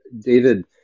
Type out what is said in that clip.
david